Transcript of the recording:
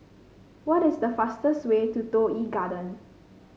what is the fastest way to Toh Yi Garden